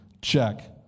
Check